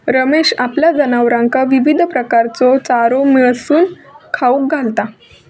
रमेश आपल्या जनावरांका विविध प्रकारचो चारो मिसळून खाऊक घालता